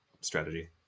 strategy